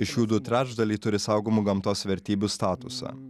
iš jų du trečdaliai turi saugomų gamtos vertybių statusą